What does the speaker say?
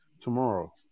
tomorrow